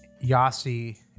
Yasi